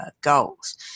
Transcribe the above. goals